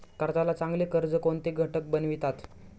कर्जाला चांगले कर्ज कोणते घटक बनवितात?